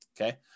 okay